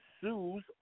sues